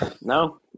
No